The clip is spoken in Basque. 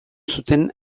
zuten